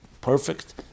perfect